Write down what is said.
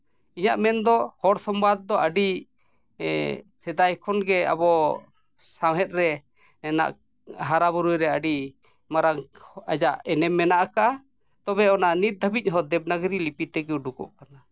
ᱤᱧᱟᱹᱜ ᱢᱮᱱᱫᱚ ᱦᱚᱲ ᱥᱚᱢᱵᱟᱫᱽ ᱫᱚ ᱟᱹᱰᱤ ᱥᱮᱫᱟᱭ ᱠᱷᱚᱱ ᱜᱮ ᱥᱟᱶᱦᱮᱫ ᱨᱮᱱᱟᱜ ᱦᱟᱨᱟᱼᱵᱩᱨᱩᱭ ᱨᱮ ᱟᱹᱰᱤ ᱢᱟᱨᱟᱝ ᱟᱭᱟᱜ ᱮᱱᱮᱢ ᱢᱮᱱᱟᱜ ᱠᱟᱜᱼᱟ ᱛᱚᱵᱮ ᱚᱱᱟ ᱱᱤᱛ ᱫᱷᱟᱹᱵᱤᱡ ᱦᱚᱸ ᱫᱮᱵᱽᱱᱟᱜᱚᱨᱤ ᱞᱤᱯᱤ ᱛᱮᱜᱮ ᱩᱰᱩᱜᱚᱜ ᱠᱟᱱᱟ